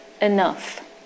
enough